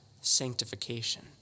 sanctification